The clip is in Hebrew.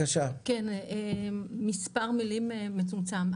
מספר מילים מצומצם.